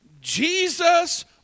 Jesus